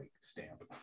stamp